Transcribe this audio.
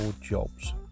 jobs